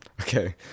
Okay